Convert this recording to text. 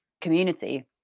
community